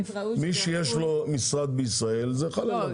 מי שיש לו משרד בישראל, זה חל עליו.